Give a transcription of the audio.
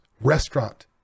restaurant